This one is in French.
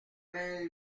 vingt